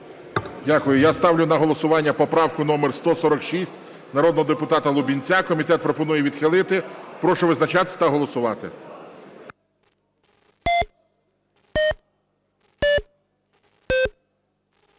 Дякую. Я ставлю на голосування поправку номер 146 народного депутата Лубінця. Комітет пропонує відхилити. Прошу визначатись та голосувати.